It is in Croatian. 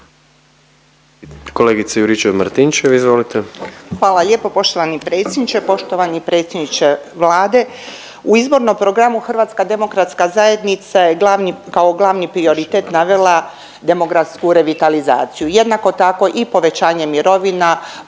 **Juričev-Martinčev, Branka (HDZ)** Hvala lijepo poštovani predsjedniče. Poštovani predsjedniče Vlade, u izbornom programu HDZ je glavni, kao glavni prioritet navela demografsku revitalizaciju. Jednako tako i povećanje mirovina,